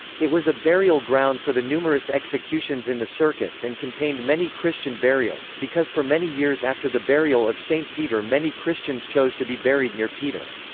it was a burial ground for the numerous executions in the circus and contained many christian burials, because for many years after the burial of saint peter many christians chose to be buried near peter.